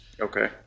Okay